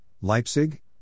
Leipzig